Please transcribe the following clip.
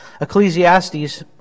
Ecclesiastes